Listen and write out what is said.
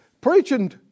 preaching